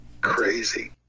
crazy